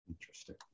Interesting